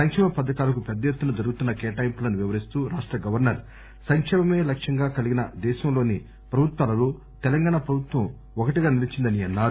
సంక్షేమ పథకాలకు పెద్ద ఎత్తున జరుగుతున్న కేటాయింపులను వివరిస్తూ రాష్ట గవర్సర్ సంకేమమే లక్ష్యంగా కలిగిన దేశంలోని ప్రభుత్వాలలో తెలంగాణ ప్రభుత్వం ఒకటిగా నిలిచిందని అన్నారు